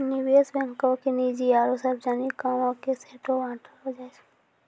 निवेश बैंको के निजी आरु सार्वजनिक कामो के सेहो बांटलो जाय छै